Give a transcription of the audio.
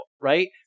right